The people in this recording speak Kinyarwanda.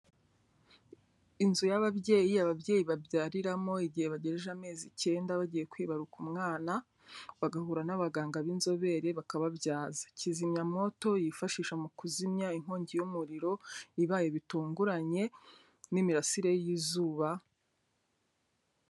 Inzu y'ababyeyi, ababyeyi babyariramo igihe bagejeje amezi icyenda bagiye kwibaruka umwana, bagahura n'abaganga b'inzobere bakababyaza. Kizimya moto yifashisha mu kuzimya inkongi y'umuriro, ibaye bitunguranye, n'imirasire y'izuba.